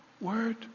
word